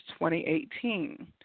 2018